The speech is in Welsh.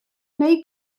neu